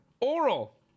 oral